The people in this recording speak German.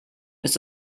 ist